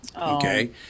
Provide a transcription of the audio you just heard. okay